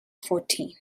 fourteen